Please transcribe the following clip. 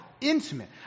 intimate